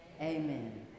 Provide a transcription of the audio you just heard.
Amen